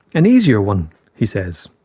an easier one' he says,